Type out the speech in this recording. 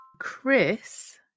chris